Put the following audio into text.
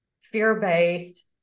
fear-based